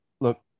look